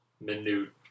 minute